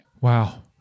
Wow